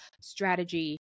strategy